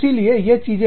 इसीलिए ये चीजें हैं